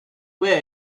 wear